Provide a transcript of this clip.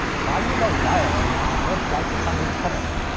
why use a wire when i could live life untethered?